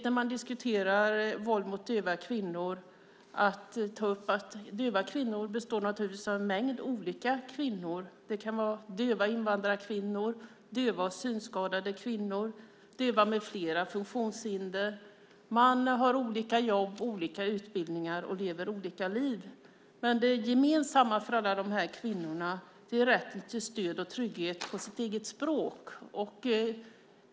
När man diskuterar våld mot döva kvinnor är det viktigt att ta upp att döva kvinnor naturligtvis består av en mängd olika kvinnor. Det kan vara döva invandrarkvinnor, döva och synskadade kvinnor, döva med flera funktionshinder. De har olika jobb, olika utbildningar och lever olika liv. Det gemensamma för alla dessa kvinnor är rätten till stöd och trygghet på deras eget språk.